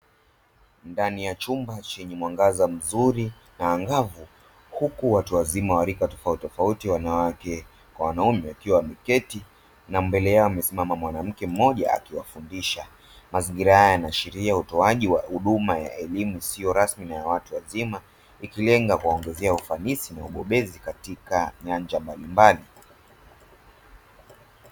Ndani ya chumba chenye mwangaza mzuri na angavu huku watu wazima wa rika tofautitofauti wanawake kwa wanaume wakiwa wameketi na mbele yao amesimama mwanamke mmoja akiwafundisha. Mazingira haya yanaashiria utoaji wa huduma ya elimu isiyo rasmi na ya watu wazima ikilenga kuwaongezea ufanisi na ubobezi katika nyanja mbalimbali.